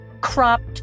cropped